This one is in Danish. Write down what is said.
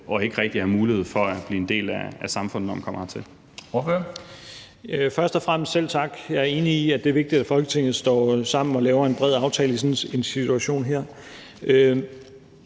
og ikke rigtig have mulighed for at blive en del af samfundet, når man kommer hertil.